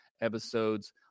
episodes